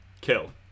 Kill